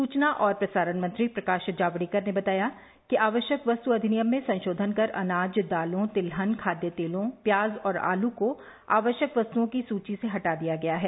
सूचना और प्रसारण मंत्री प्रकाश जावड़ेकर ने बताया कि आवश्यक वस्तु अधिनियम में संशोधन कर अनाज दालों तिलहन खाद्य तेलों और प्याज और आलू को आवश्यक वस्तुओं की सूची से हटा दिया गया है